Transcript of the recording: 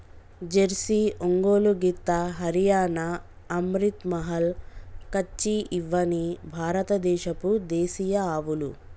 Jersey, Ongole గిత్త, హరియాణా, అమ్రిత్ మహల్, కచ్చి ఇవ్వని భారత దేశపు దేశీయ ఆవులు